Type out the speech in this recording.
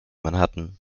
manhattan